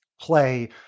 play